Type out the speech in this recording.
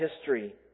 history